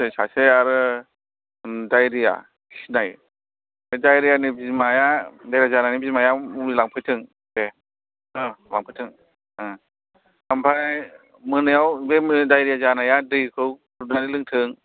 नै सासे आरो दायरिया खिनाय दायरिया नि जानायनि बिमाया मुलि लांफैथों दे ओ लांफैथों ओमफ्राय मोनायाव बे दायरिया जानाया दैखौ फुदुंनानै लोंथों